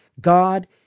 God